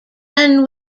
than